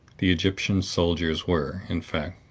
the egyptian soldiers were, in fact,